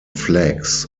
flags